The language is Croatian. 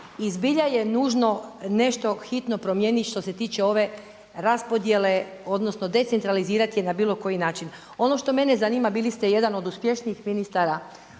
I zbilja je nužno nešto hitno promijeniti što se tiče ove raspodjele odnosno decentralizirati je na bilo koji način. Ono što mene zanima, bili ste jedan od uspješnijih ministara